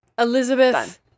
Elizabeth